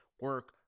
Work